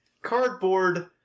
cardboard